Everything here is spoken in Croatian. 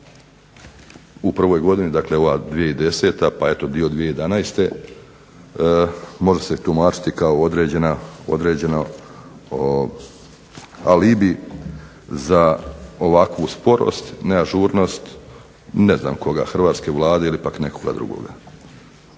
u prvoj godini, dakle ova 2010. pa eto dio 2011., može se tumačiti kao određen alibi za ovakvu sporost, neažurnost ne znam koga, hrvatske Vlade ili pak nekoga drugoga.